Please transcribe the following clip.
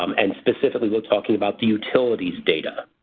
um and specifically we're talking about the utilities data.